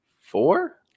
four